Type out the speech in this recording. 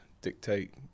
dictate